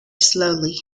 slowly